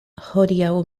hodiaŭ